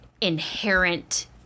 inherent